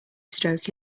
stroke